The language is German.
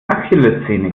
achillessehne